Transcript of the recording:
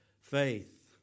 faith